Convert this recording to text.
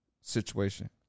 situation